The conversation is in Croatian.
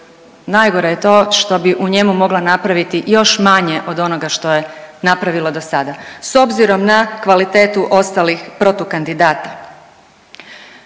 najgore je to što bi u njemu mogla napraviti još manje od onoga što je napravila do sada, s obzirom na kvalitetu ostalih protukandidata.